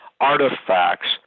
artifacts